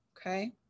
Okay